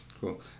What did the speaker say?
Cool